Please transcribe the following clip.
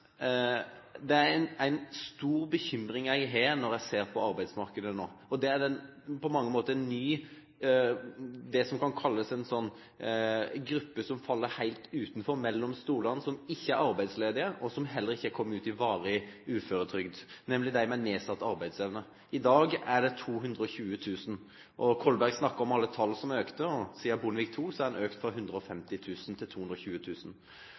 det er én stor bekymring jeg har når jeg ser på arbeidsmarkedet nå, og det er det som kan kalles en gruppe som faller helt utenfor, mellom to stoler, som ikke er arbeidsledige, og som heller ikke er kommet ut i varig uføretrygd, nemlig de med nedsatt arbeidsevne. I dag er det 220 000. Kolberg snakket om alle tall som økte, og siden Bondevik II har det økt fra 150 000 til